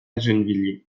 gennevilliers